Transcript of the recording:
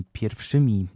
pierwszymi